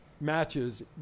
matches